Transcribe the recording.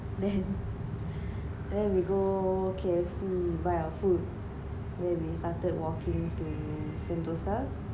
then then we go K_F_C buy our food then started walking to sentosa